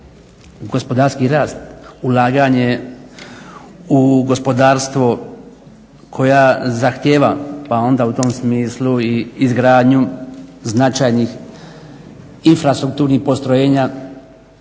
gospodarski rast, ulaganje u gospodarstvo, koja zahtijeva pa onda u tom smislu i izgradnju značajnih infrastrukturnih postrojenja